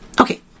okay